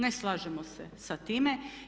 Ne slažemo se sa time.